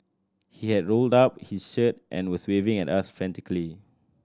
he had rolled up his shirt and was waving at us frantically